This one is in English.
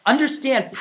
Understand